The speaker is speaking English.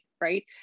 Right